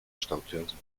kształtującym